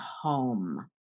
home